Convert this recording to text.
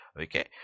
Okay